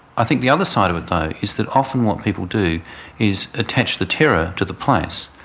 i think the other side of it though is that often what people do is attach the terror to the place,